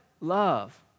Love